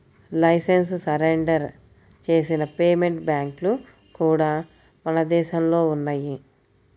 licence surrender చేసిన payment బ్యాంక్లు కూడా మన దేశంలో ఉన్నయ్యి